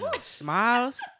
Smiles